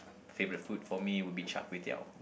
favourite food for me would be Char-Kway-Teow